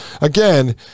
again